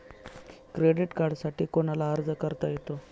Credit कार्डसाठी कोणाला अर्ज करता येतो?